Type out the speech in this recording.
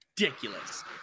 ridiculous